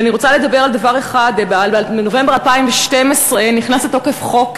ואני רוצה לדבר על דבר אחד: בנובמבר 2012 נכנס לתוקף חוק